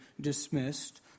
dismissed